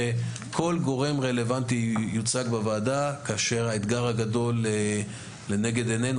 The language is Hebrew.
גורם רלוונטי ייוצג בוועדה כאשר האתגר הגדול לנגד עינינו